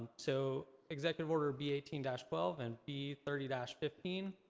so, executive order b eighteen twelve, and b thirty fifteen,